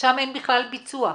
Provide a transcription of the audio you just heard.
שם אין בכלל ביצוע.